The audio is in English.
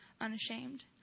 unashamed